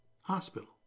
hospital